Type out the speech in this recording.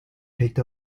picked